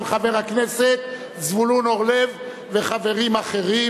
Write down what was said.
של חבר הכנסת זבולון אורלב וחברים אחרים.